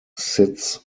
sits